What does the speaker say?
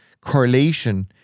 correlation